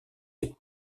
les